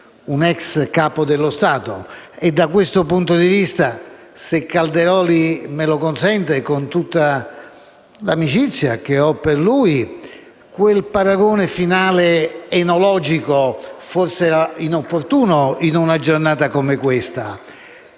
un ex Capo dello Stato e, da questo punto di vista, se il senatore Calderoli me lo consente, con tutta l'amicizia che ho per lui, quel paragone finale enologico forse era inopportuno in una giornata come questa.